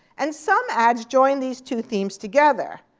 and some ads join these two themes together.